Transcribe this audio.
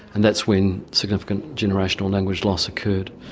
and that's when significant generational language loss occurred.